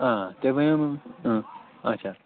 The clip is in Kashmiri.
آ تۄہہِ وَنیو اچھا